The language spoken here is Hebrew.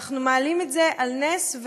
אנחנו מעלים את זה על נס,